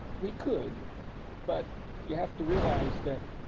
we could but you have to realize that